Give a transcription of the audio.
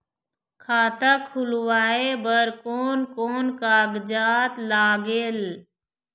खाता खुलवाय बर कोन कोन कागजात लागेल?